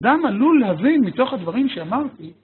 גם עלול להבין מתוך הדברים שאמרתי